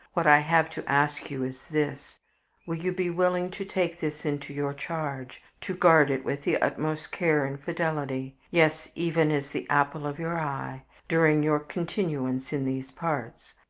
what i have to ask you is this will you be willing to take this into your charge, to guard it with the utmost care and fidelity yes, even as the apple of your eye during your continuance in these parts,